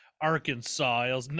Arkansas